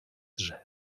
drzew